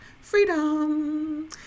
freedom